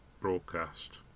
broadcast